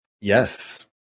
Yes